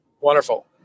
Wonderful